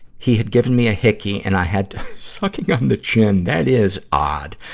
he had given me a hickey and i had to, sucking on the chin that is odd!